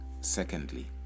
Secondly